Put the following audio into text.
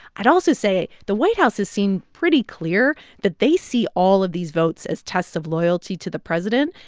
i'd also say the white house has seen pretty clear that they see all of these votes as tests of loyalty to the president.